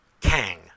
Kang